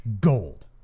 Gold